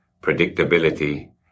predictability